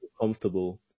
comfortable